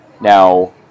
Now